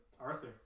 Arthur